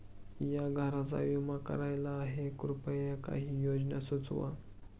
या घराचा विमा करायचा आहे कृपया काही योजना सुचवा